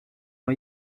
ont